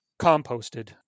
composted